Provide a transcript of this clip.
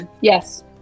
Yes